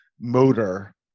motor